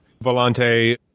Volante